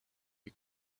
you